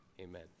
amen